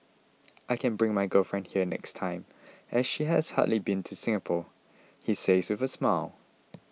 I can bring my girlfriend here next time as she has hardly been to Singapore he says with a smile